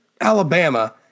Alabama